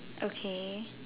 okay